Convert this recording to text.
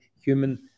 human